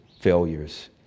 failures